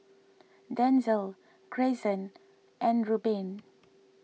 Denzell Greyson and Rubin